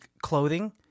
clothing